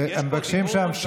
יש פה דיבור, וזה מפריע לי.